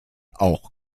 auch